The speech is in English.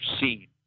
seen